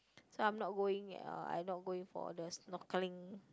so I'm not going uh I not going for the snorkelling